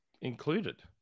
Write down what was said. included